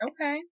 Okay